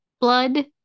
blood